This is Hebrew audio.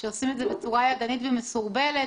שעושים את זה בצורה ידנית ומסורבלת.